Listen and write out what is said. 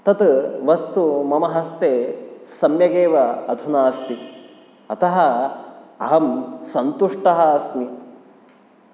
तत् वस्तु मम हस्ते सम्यगेव अधुना अस्ति अतः अहं सन्तुष्टः अस्मि